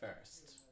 first